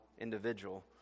individual